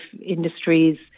industries